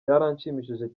byaranshimishije